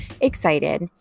excited